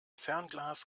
fernglas